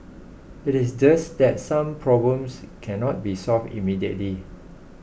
it is just that some problems cannot be solved immediately